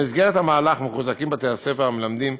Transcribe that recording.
במסגרת מהלך זה מחוזקים בתי-הספר המלמדים